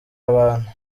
abantu